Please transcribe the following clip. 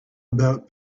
about